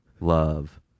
love